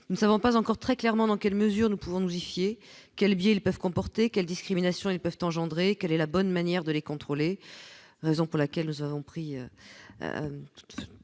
nous ne savons pas encore très clairement dans quelle mesure nous pouvons nous y fiez quel biais, ils peuvent comporter quel discrimination et peuvent engendrer, quelle est la bonne manière de les contrôler, raison pour laquelle nous avons pris